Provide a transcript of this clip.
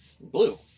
Blue